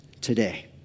today